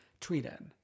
tweeted